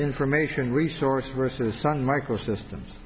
information resource versus sun microsystems